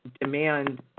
demand